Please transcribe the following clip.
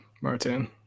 Martin